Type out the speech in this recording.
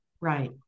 Right